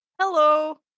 Hello